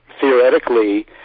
theoretically